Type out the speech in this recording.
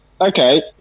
Okay